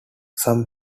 some